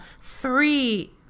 three